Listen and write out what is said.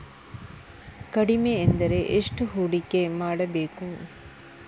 ಕಡಿಮೆ ಎಂದರೆ ಎಷ್ಟು ಹೂಡಿಕೆ ಮಾಡಬೇಕು?